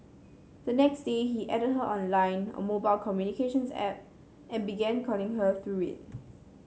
the next day he added her on Line a mobile communications app and began calling her through it